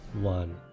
one